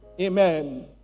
Amen